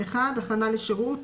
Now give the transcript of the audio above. הכנה לשירות,